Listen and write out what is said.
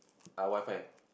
ah Wi-Fi